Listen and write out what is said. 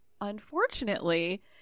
Unfortunately